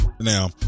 Now